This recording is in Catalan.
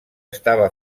estava